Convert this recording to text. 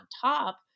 top